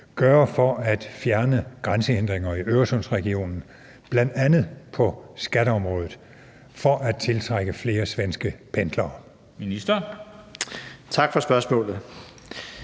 gøre for at fjerne grænsehindringer i Øresundsregionen, bl.a. på skatteområdet, for at tiltrække flere svenske pendlere? Formanden